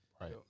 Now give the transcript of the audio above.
Right